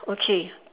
okay